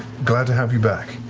glad to have you back.